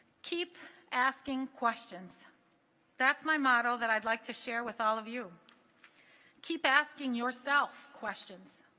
keep asking questions that's my model that i'd like to share with all of you keep asking yourself questions